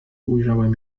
ujrzałem